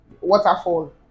waterfall